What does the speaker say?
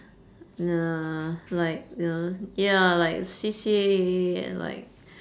nah like you know ya like C_C_A and like